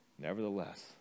nevertheless